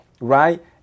right